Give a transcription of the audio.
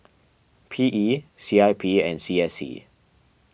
P E C I P and C S C